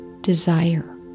desire